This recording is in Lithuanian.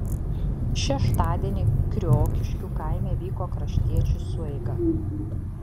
šeštadienį kriokiškių kaime vyko kraštiečių sueiga